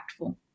impactful